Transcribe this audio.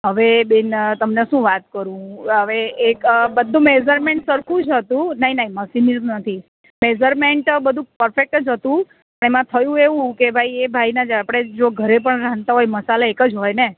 હવે બેન તમને શું વાત કરું હું હવે એક બધુ મેજરમેન્ટ સરખું જ હતું નહીં નહીં મશીન યુઝ નથી મેઝરમેન્ટ બધું પરરફેક્ટ જ હતું એમાં થયું એવું કે ભાઈ એ ભાઈને આપણે જો ઘરે પણ રાંધતા હોય મસાલા એક જ હોયને